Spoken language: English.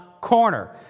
corner